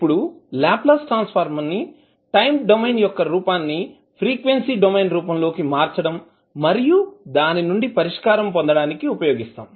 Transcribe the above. ఇప్పుడు Laplace transform ని time domain యొక్క రూపాన్ని ఫ్రీక్వెన్సీ డొమైన్ రూపంలోకి మార్చడం మరియు దాని నుండి పరిష్కారం పొందడానికి ఉపయోగిస్తాం